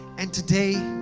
and today,